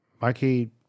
mikey